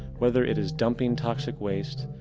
whether it is dumping toxic waste,